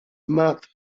mouth